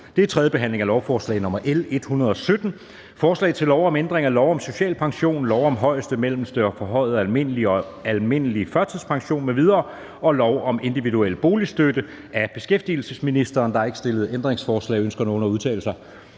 16) 3. behandling af lovforslag nr. L 117: Forslag til lov om ændring af lov om social pension, lov om højeste, mellemste, forhøjet almindelig og almindelig førtidspension m.v. og lov om individuel boligstøtte. (Afskaffelse af indtægtsregulering som følge af pensionistens egen arbejdsindtægt